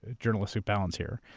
journalistic balance here,